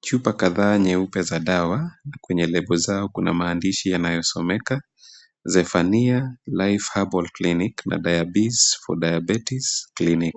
Chupa kadhaa nyeupe za dawa kwenye lebo zao kuna maandishi yanayosomeka "zephania life herbal clinic na diabees for diabetes clinic".